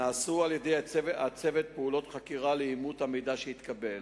נעשו על-ידי הצוות פעולות חקירה לאימות המידע שהתקבל.